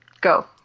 Go